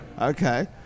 Okay